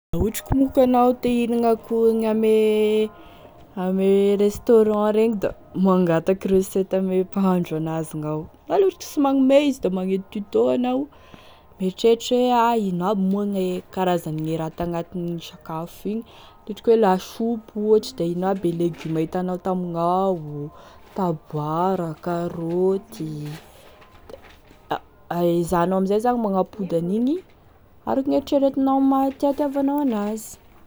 La ohatry moa ka anao te hinagny akoho any ame ame restaurant regny da mangataky recette ame mpahandro an'azy gnao, la ohatry sy magnome izy da magnety tuto anao, mieritreritra hoe ha ino aby moa gne karazane sakafo tagnatin'igny sakafo igny, la ohatry ka lasopy ohatry da ino aby e legiome hitanao tamiganao, taboara, karaoty, da ezahanao amin'izay zany magnapody an'igny araky gne eritreretinao amin'izay, ataonao amin'ny hititiavanao an'azy.